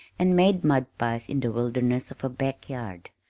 and made mud pies in the wilderness of a back yard.